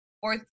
fourth